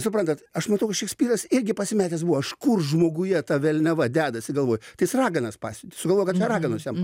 suprantat aš matau kad šekspyras irgi pasimetęs buvo iš kur žmoguje ta velniava dedasi galvoj tai jis raganas pasiuntė sugalvojo kad čia raganos jam